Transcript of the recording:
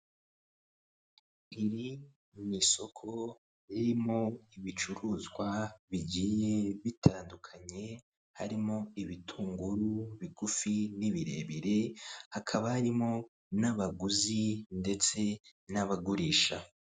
Iri n'isoko ririmo ibicuruzwa bigiye bitandukanye harimo ibitunguru bigufi n'ibirebire, hakaba harimo n'abaguzi ndetse n'abagurisha.